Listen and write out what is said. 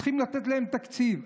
צריכים לתת להם תקציב.